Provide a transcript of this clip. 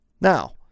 Now